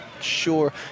sure